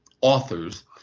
authors